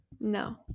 No